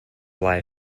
live